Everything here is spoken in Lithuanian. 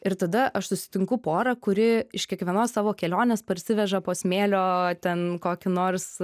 ir tada aš susitinku porą kuri iš kiekvienos savo kelionės parsiveža po smėlio ten kokį nors